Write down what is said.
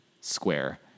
Square